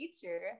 teacher